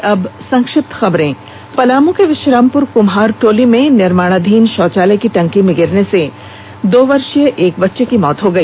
और अब संक्षिप्त खबरें पलामू के विश्रामप्र कुम्हारटोली में निर्माणाधीन शौचालय की टंकी में गिरने से एक दो वर्षीय बच्चे की मौत हो गई